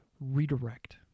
redirect